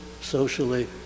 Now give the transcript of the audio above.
socially